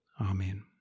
Amen